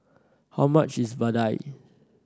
how much is vadai